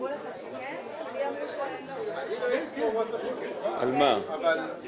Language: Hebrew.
דנטים למדעי המדינה מהאוניברסיטה